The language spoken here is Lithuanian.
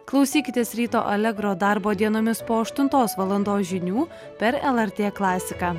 klausykitės ryto allegro darbo dienomis po aštuntos valandos žinių per lrt klasiką